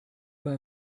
pas